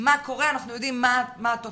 מה קורה, אנחנו יודעים מה התופעות.